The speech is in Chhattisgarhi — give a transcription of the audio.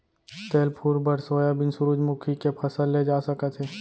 तेल फूल बर सोयाबीन, सूरजमूखी के फसल ले जा सकत हे